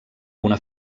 una